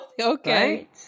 Okay